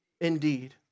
indeed